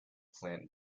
plant